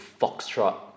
foxtrot